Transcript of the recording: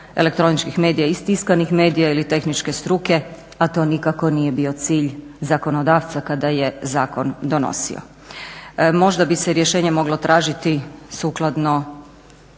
elektroničke medije iz tiskanih medija ili tehničke struke, a to nije nikako bio cilj zakonodavca kada je zakon donosio. Možda bi se rješenje moglo tražiti sukladno